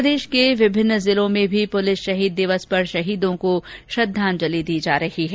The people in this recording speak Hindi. प्रदेश के विभिन्न जिलों में भी पूलिस शहीद दिवस पर शहीदों को श्रद्वांजलि अर्पित की जा रही है